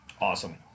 awesome